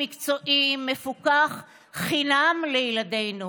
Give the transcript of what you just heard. מקצועי ומפוקח חינם לילדינו,